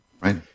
Right